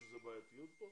יש עם זה איזו בעייתיות פה?